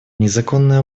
незаконный